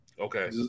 Okay